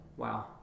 Wow